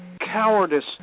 cowardice